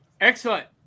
Excellent